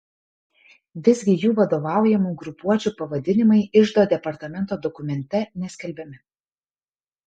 visgi jų vadovaujamų grupuočių pavadinimai iždo departamento dokumente neskelbiami